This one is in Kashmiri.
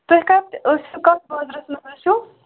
تُہۍ کَتہِ ٲسِو کَتھ بازرَس منٛز ٲسِو